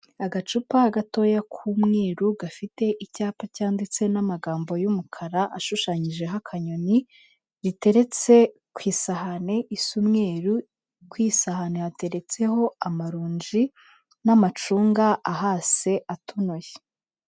Agacupa gatoya k'umweru gafite icyapa cyanditse n'amagambo y'umukara ashushanyijeho akanyoni, riteretse ku isahane isa umweru, kuri iy'isahani hateretseho amaronji n'amacunga ahase atonoye.